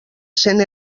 cent